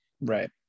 Right